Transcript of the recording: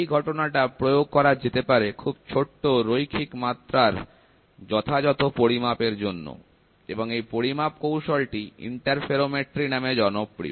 এই ঘটনাটা প্রয়োগ করা যেতে পারে খুব ছোট্ট রৈখিক মাত্রার যথাযথ পরিমাপের জন্য এবং এই পরিমাপ কৌশলটি ইন্টারফেরোমেট্রি নামে জনপ্রিয়